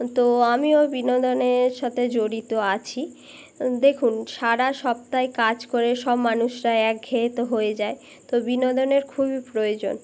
তো আমিও বিনোদনের সাথে জড়িত আছি দেখুন সারা সপ্তাহ কাজ করে সব মানুষরা একঘেয়ে তো হয়ে যায় তো বিনোদনের খুবই প্রয়োজন